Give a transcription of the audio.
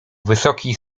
wysoki